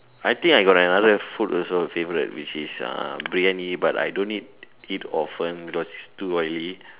I think I got another food also favourite which is uh briyani but I don't eat it often because it's too oily